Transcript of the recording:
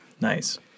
Nice